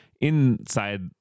inside